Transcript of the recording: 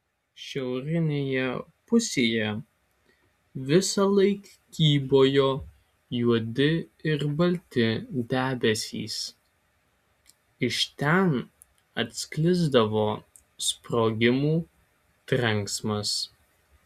šiaurinėje pusėje visąlaik kybojo juodi ir balti debesys iš ten atsklisdavo sprogimų trenksmas